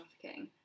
trafficking